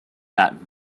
that